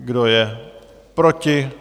Kdo je proti?